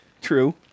True